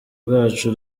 bwacu